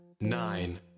nine